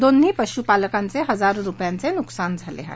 दोन्ही पशुपालकांचे हजारो रुपयांचे नुकसान झाले आहे